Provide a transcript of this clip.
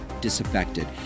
disaffected